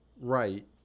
right